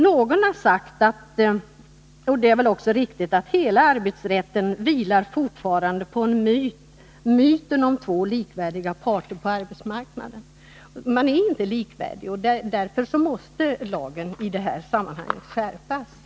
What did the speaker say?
Någon har sagt — och det är väl också riktigt — att hela arbetsrätten fortfarande vilar på myten om två likvärdiga parter på arbetsmarknaden. Men de är inte likvärdiga — och därför måste lagen skärpas.